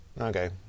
Okay